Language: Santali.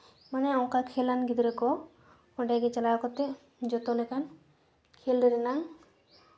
ᱢᱟᱱᱮ ᱚᱱᱠᱟ ᱠᱷᱮᱞᱟᱱ ᱜᱤᱫᱽᱨᱟᱹ ᱠᱚ ᱚᱸᱰᱮᱜᱮ ᱪᱟᱞᱟᱣ ᱠᱟᱛᱮ ᱡᱚᱛᱚ ᱞᱮᱠᱟ ᱠᱷᱮᱞ ᱨᱮᱱᱟᱝ